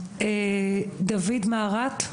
דוד מהרט,